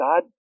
God